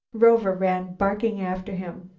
rover ran barking after him.